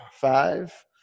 Five